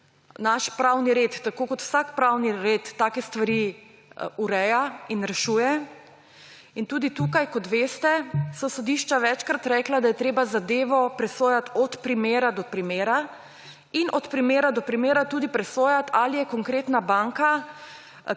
Naš pravni red, tako kot vsak pravni red, take stvari ureja in rešuje in tudi tukaj, kot veste, so sodišča večkrat rekla, da je treba zadevo presojati od primera do primera in od primera do primera tudi presojati, ali je konkretna banka